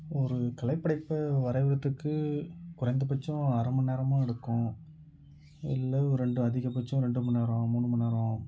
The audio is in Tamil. ஒரு கலைப்படத்தை வரையிறதுக்கு குறைந்த பட்சம் அரை மணிநேரமும் எடுக்கும் இல்லை ஒரு அதிக பட்சம் ரெண்டு மணிநேரோம் மூணு மணிநேரோம்